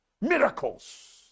Miracles